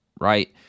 right